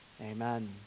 amen